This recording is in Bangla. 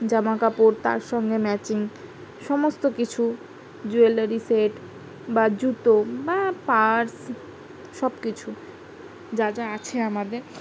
জামা কাপড় তার সঙ্গে ম্যাচিং সমস্ত কিছু জুয়েলারি সেট বা জুতো বা পার্স সব কিছু যা যা আছে আমাদের